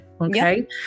Okay